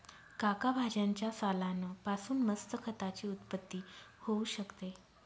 काका भाज्यांच्या सालान पासून मस्त खताची उत्पत्ती होऊ शकते